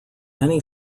many